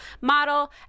model